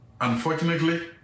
Unfortunately